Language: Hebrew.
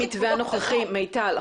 מיטל,